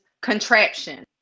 contraption